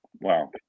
Wow